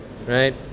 right